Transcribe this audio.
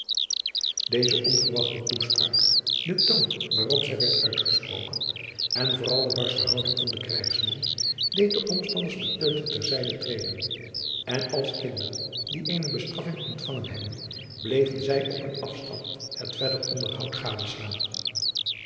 deze onverwachte toespraak de toon waarop zij werd uitgesproken en vooral de barsche houding van den krijgsman deed de omstanders beteuterd ter zijde treden en als kinderen die eene bestraffing ontfangen hebben bleven zij op een afstand het verder onderhoud gadeslaan